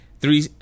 three